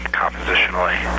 compositionally